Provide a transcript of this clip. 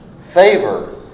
favor